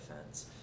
offense